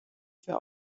für